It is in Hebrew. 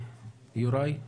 חבר הכנסת להב-הרצנו,